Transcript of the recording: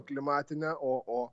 klimatinę o o